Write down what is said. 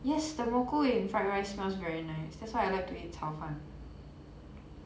yes the 蘑菇 in fried rice smells very nice that's why I like to eat 炒饭